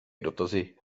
dotazy